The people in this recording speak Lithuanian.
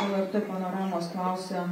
lrt panoramos klausia